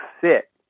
fit